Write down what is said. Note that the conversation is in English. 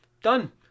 done